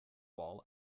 wall